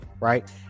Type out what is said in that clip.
Right